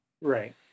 Right